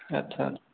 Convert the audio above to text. ଆଚ୍ଛା